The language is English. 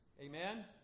Amen